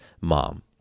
mom